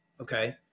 okay